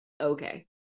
okay